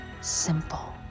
simple